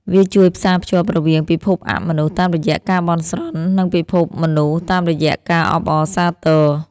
វាជួយផ្សារភ្ជាប់រវាងពិភពអមនុស្សតាមរយៈការបន់ស្រន់ និងពិភពមនុស្សតាមរយៈការអបអរសាទរ។